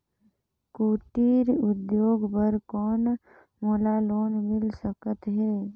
कुटीर उद्योग बर कौन मोला लोन मिल सकत हे?